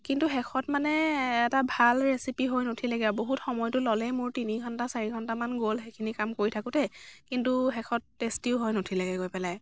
কিন্তু শেষত মানে এটা ভাল ৰেচিপি হৈ নুঠিলেগৈ আৰু বহুত সময়টো ল'লে মোৰ তিনি ঘণ্টা চাৰিঘণ্টামান গ'ল সেইখিনি কাম কৰি থাকোঁতে কিন্তু শেষত টেষ্টীও হৈ নুঠিলেগৈ গৈ পেলাই